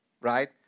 Right